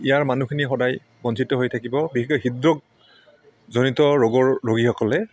ইয়াৰ মানুহখিনি সদায় বঞ্চিত হৈ থাকিব বিশেষকৈ হৃদৰোগজনিত ৰোগৰ ৰোগীসকলে